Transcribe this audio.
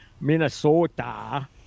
Minnesota